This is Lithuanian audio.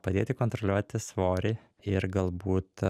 padėti kontroliuoti svorį ir galbūt